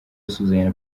asuhuzanya